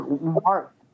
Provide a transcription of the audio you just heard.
mark